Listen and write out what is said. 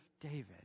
David